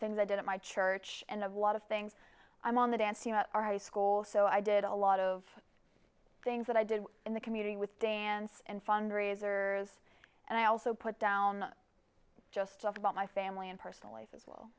things i did at my church and a lot of things i'm on the dance team at our high school so i did a lot of things that i did in the community with dance and fundraisers and i also put down just about my family and personally as well